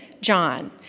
John